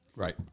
Right